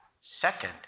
second